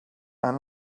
han